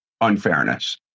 unfairness